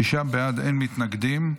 שישה בעד, אין מתנגדים.